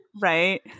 right